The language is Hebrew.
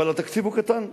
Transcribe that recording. אבל התקציב הוא קטן,